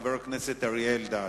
חבר הכנסת אריה אלדד.